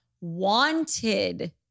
wanted